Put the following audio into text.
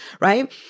right